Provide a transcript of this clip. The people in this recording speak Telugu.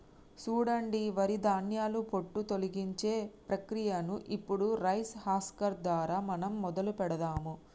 సూడండి వరి ధాన్యాల పొట్టు తొలగించే ప్రక్రియను ఇప్పుడు రైస్ హస్కర్ దారా మనం మొదలు పెడదాము